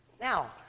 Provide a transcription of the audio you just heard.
Now